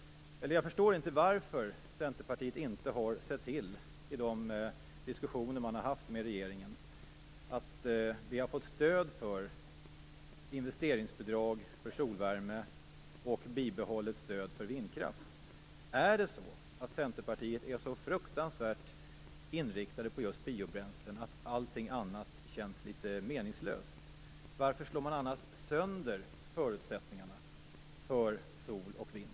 Jag förstår inte varför Centerpartiet i de diskussioner man har haft med regeringen inte har sett till att få stöd för investeringsbidrag för solvärme och bibehållet stöd för vindkraft. Är Centerpartiet så fruktansvärt ensidigt inriktat på just biobränslen att allt annat känns litet meningslöst? Varför slår man annars sönder förutsättningarna för sol och vind?